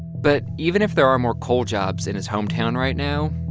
but even if there are more coal jobs in his hometown right now,